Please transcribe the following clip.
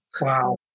Wow